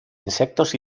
insectos